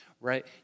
right